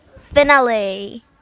finale